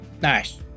Nice